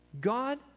God